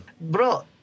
Bro